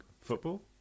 football